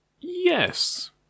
Yes